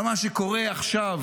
על מה שקורה עכשיו